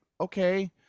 okay